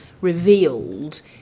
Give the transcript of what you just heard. revealed